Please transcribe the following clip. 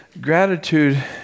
Gratitude